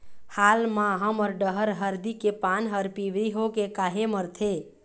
हाल मा हमर डहर हरदी के पान हर पिवरी होके काहे मरथे?